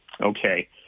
okay